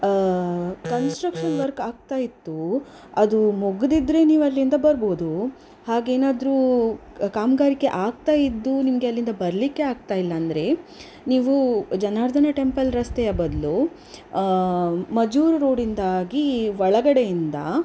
construction work ಆಗ್ತಾಯಿತ್ತು ಅದು ಮುಗಿದಿದ್ರೆ ನೀವು ಅಲ್ಲಿಂದ ಬರ್ಬೋದು ಹಾಗೇನಾದರೂ ಕಾಮಗಾರಿಕೆ ಆಗ್ತಾಯಿದ್ದು ನಿಮಗೆ ಅಲ್ಲಿಂದ ಬರಲಿಕ್ಕೆ ಆಗ್ತಾಯಿಲ್ಲಾಂದ್ರೆ ನೀವು ಜನಾರ್ಧನ ಟೆಂಪಲ್ ರಸ್ತೆಯ ಬದಲು ಮಜೂರು ರೋಡಿಂದಾಗಿ ಒಳಗಡೆಯಿಂದ